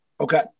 Okay